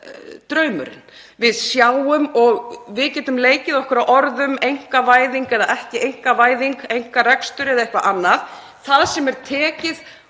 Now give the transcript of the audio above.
draumurinn. Við sjáum — og við getum leikið okkur að orðum; einkavæðing eða ekki, einkarekstur eða eitthvað annað — að það sem er tekið